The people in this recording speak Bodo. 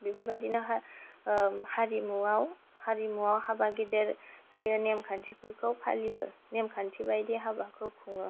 बेफोरबायदिनो हारिमुआव हाबा गिदिर जायो नेमखान्थिफोरखौ फालियो नेमखान्थि बायदि हाबाखौ खुङो